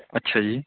ਅੱਛਾ ਜੀ